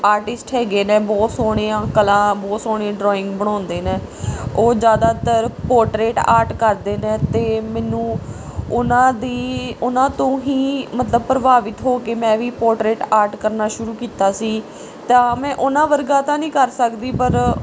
artist ਹੈਗੇ ਨੇ ਬਹੁਤ ਸੋਹਣੇ ਆ ਕਲਾ ਬਹੁਤ ਸੋਹਣੇ ਡਰੋਇੰਗ ਬਣਾਉਂਦੇ ਨੇ ਉਹ ਜ਼ਿਆਦਾਤਰ ਪੋਟਰੇਟ ਆਰਟ ਕਰਦੇ ਨੇ ਅਤੇ ਮੈਨੂੰ ਉਹਨਾਂ ਦੀ ਉਹਨਾਂ ਤੋਂ ਹੀ ਮਤਲਬ ਪ੍ਰਭਾਵਿਤ ਹੋ ਕੇ ਮੈਂ ਵੀ ਪੋਰਟਰੇਟ ਆਰਟ ਕਰਨਾ ਸ਼ੁਰੂ ਕੀਤਾ ਸੀ ਤਾਂ ਮੈਂ ਉਹਨਾਂ ਵਰਗਾ ਤਾਂ ਨਹੀਂ ਕਰ ਸਕਦੀ ਪਰ